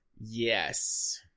Yes